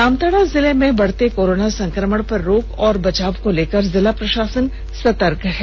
जामताड़ा जिले में बढ़ते कोरोना संक्रमण पर रोक और बचाव को लेकर जिला प्रशासन सतर्क है